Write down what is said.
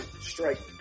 strike